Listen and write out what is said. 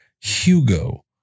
Hugo